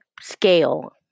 scale